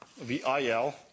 VIL